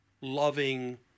loving